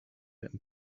and